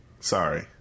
sorry